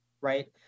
right